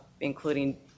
including